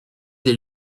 des